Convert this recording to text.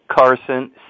carson